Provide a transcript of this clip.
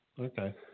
Okay